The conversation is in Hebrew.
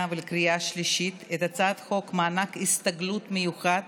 ולקריאה השלישית את הצעת חוק מענק הסתגלות מיוחד